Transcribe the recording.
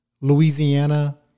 Louisiana